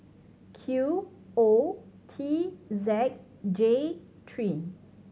Q O T Z J three